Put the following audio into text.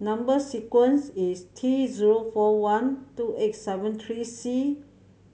number sequence is T zero four one two eight seven three C